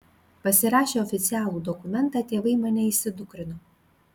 pasirašę oficialų dokumentą tėvai mane įsidukrino